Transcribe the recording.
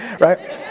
Right